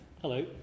Hello